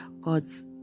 God's